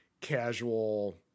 casual